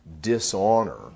dishonor